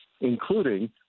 including